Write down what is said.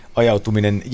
ajautuminen